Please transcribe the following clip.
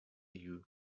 you